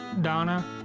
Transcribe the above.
Donna